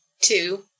Two